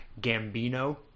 Gambino